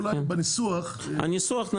אולי בניסוח --- הניסוח,